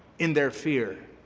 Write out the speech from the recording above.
in their fear,